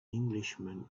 englishman